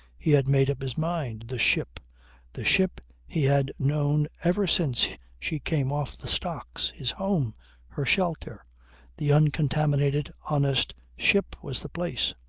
he had made up his mind. the ship the ship he had known ever since she came off the stocks, his home her shelter the uncontaminated, honest ship, was the place.